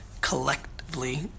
collectively